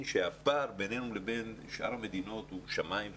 שהפער בינינו לבין שאר המדינות הוא שמיים וארץ.